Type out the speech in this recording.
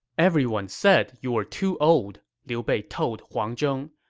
everyone said you were too old, liu bei told huang zhong,